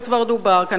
וכבר דובר כאן,